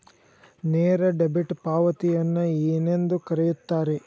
ನೇರ ಡೆಬಿಟ್ ಪಾವತಿಯನ್ನು ಏನೆಂದು ಕರೆಯುತ್ತಾರೆ?